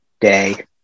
day